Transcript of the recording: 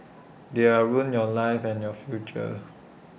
they are ruin your lives and your future